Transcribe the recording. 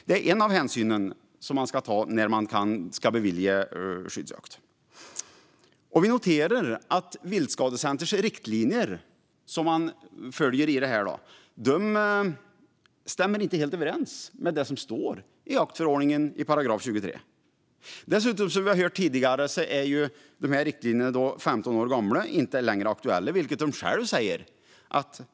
Det är en av hänsynen man ska ta när man ska bevilja skyddsjakt. Jag noterar att Viltskadecenters riktlinjer, som man följer i detta, inte stämmer helt överens med det som står i 23 § jaktförordningen. Som vi hört tidigare är riktlinjerna dessutom 15 år gamla och inte längre aktuella, vilket man själv säger.